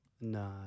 No